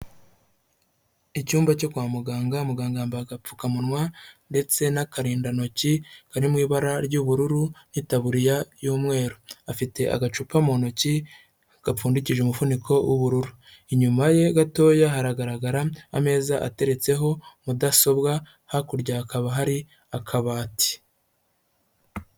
Icyumba cyo kwa muganga, muganga yambaye agapfukamunwa ndetse n'akarindantoki kari mu ibara ry'ubururu n'itaburiya y'umweru, afite agacupa mu ntoki gapfundikije umufuniko w'ubururu, inyuma ye gatoya haragaragara ameza ateretseho mudasobwa hakurya hakaba hari akabati.